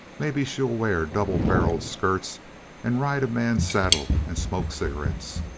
maybe she'll wear double-barreled skirts and ride a man's saddle and smoke cigarettes.